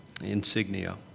insignia